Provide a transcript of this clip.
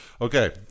Okay